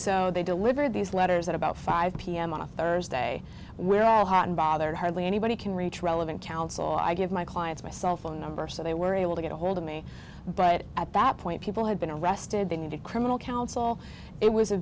so they delivered these letters at about five pm on a thursday without hot and bothered hardly anybody can reach relevant counsel i gave my clients my cell phone number so they were able to get ahold of me but at that point people had been arrested been a criminal counsel it was a